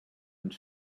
and